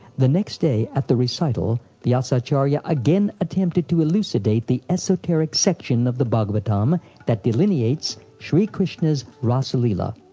the next day at the recital vyasacharya again attempted to elucidate the esoteric section of the bhagavatam that delineates shri krishna's rasa-lila.